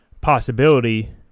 possibility